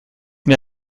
mir